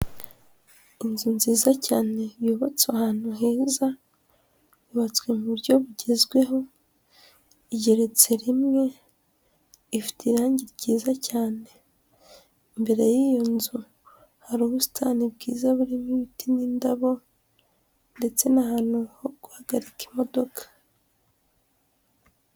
Inzu nziza cyane yubatse ahantu heza, yubatswe mu buryo bugezweho, igeretse rimwe, ifite irangi ryiza cyane, imbere y'iyo nzu hari ubusitani bwiza burimo ibiti n'indabo, ndetse n'ahantu ho guhagarika imodoka.